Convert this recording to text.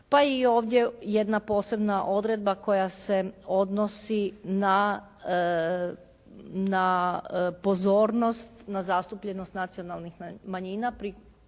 pa i ovdje jedna posebna odredba koja se odnosi na pozornost, na zastupljenost nacionalnih manjina